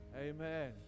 Amen